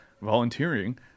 volunteering